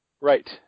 Right